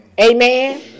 amen